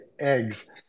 eggs